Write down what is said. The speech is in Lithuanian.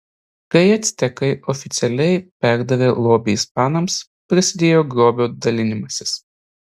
kai actekai oficialiai perdavė lobį ispanams prasidėjo grobio dalinimasis